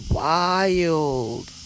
wild